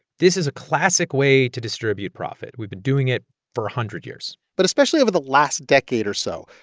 this is a classic way to distribute profit. we've been doing it for a hundred years but especially over the last decade or so,